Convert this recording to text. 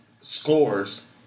scores